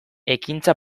ekintza